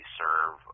serve